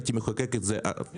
הייתי מחוקק את זה אחרת.